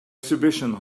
exhibition